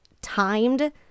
timed